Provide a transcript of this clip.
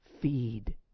feed